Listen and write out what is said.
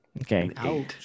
Okay